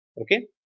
okay